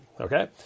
Okay